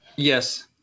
Yes